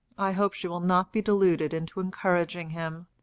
i hope she will not be deluded into encouraging him.